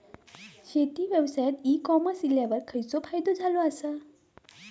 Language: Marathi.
शेती व्यवसायात ई कॉमर्स इल्यावर खयचो फायदो झालो आसा?